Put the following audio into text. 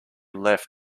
left